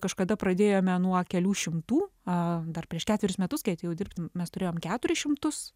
kažkada pradėjome nuo kelių šimtų a dar prieš ketverius metus kai atėjau dirbti mes turėjom keturis šimtus